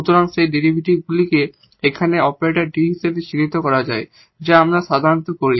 সুতরাং এই ডেরিভেটিভকে এখানে অপারেটর D হিসেবে চিহ্নিত করা যায় যা আমরা সাধারণত করি